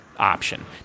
Option